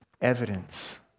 evidence